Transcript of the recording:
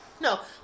No